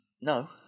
No